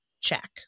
Check